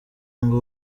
ngo